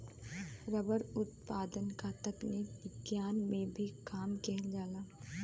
rubber उत्पादन क तकनीक विज्ञान में भी काम लिहल जाला